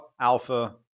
Alpha